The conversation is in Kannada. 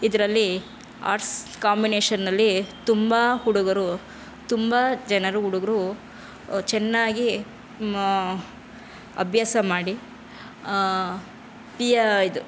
ಇದರಲ್ಲಿ ಆರ್ಟ್ಸ್ ಕಾಂಬಿನೇಷನಲ್ಲಿ ತುಂಬ ಹುಡುಗರು ತುಂಬ ಜನರು ಹುಡುಗ್ರು ಚೆನ್ನಾಗಿ ಅಭ್ಯಾಸ ಮಾಡಿ ತೀಯ ಇದು